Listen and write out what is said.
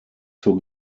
zur